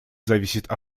зависит